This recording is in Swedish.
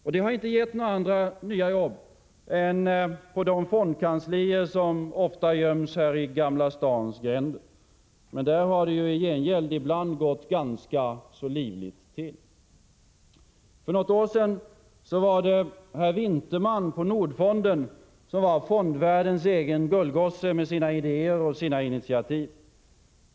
Och det har inte gett några andra nya jobb än jobb på de fondkanslier som ofta göms här i Gamla stans gränder. Men där har det i gengäld ibland gått ganska livligt till. För något år sedan var det herr Vinterman på Nordfonden som var fondvärldens egen gullgosse med sina idéer och initiativ.